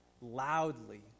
loudly